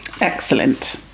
Excellent